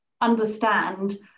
understand